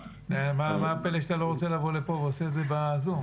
--- מה הפלא שאתה לא רוצה לבוא לפה ועושה את זה בזום?